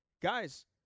guys